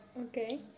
Okay